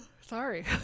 sorry